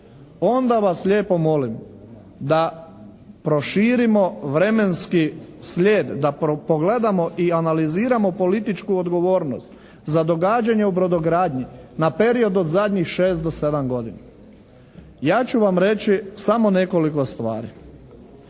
onda vas lijepo molim da proširimo vremenski slijed, da pogledamo i analiziramo političku odgovornost za događanje u brodogradnji na period od zadnji 6 do 7 godina. Ja ću vam reći samo nekoliko stvari.